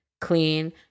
clean